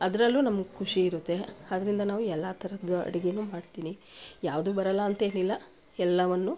ಅದರಲ್ಲು ನಮ್ಗೆ ಖುಷಿ ಇರುತ್ತೆ ಆದ್ದರಿಂದ ನಾವು ಎಲ್ಲ ಥರದ ಅಡುಗೆನು ಮಾಡ್ತೀನಿ ಯಾವುದು ಬರೋಲ್ಲ ಅಂತೇನಿಲ್ಲ ಎಲ್ಲವನ್ನೂ